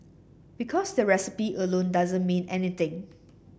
because the recipe alone doesn't mean anything